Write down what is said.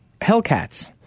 Hellcat's